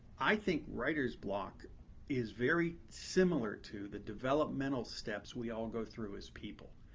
i think writer's block is very similar to the developmental steps we all go through as people.